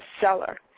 seller